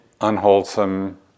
unwholesome